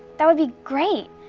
that would be great.